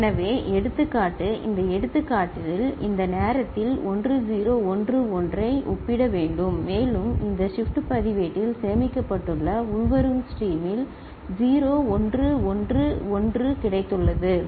எனவே எடுத்துக்காட்டு இந்த எடுத்துக்காட்டில் இந்த நேரத்தில் 1 0 1 1 ஐ ஒப்பிட வேண்டும் மேலும் இந்த ஷிப்ட் பதிவேட்டில் சேமிக்கப்பட்டுள்ள உள்வரும் ஸ்ட்ரீமில் 0 1 1 1 கிடைத்துள்ளது சரி